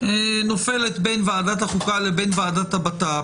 נופלת בין ועדת החוקה לבין הוועדה לביטחון פנים.